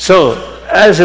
so as